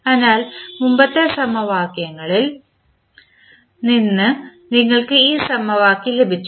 അതിനാൽ മുമ്പത്തെ സമവാക്യത്തിൽ നിന്ന് നിങ്ങൾക്ക് ഈ സമവാക്യം ലഭിച്ചു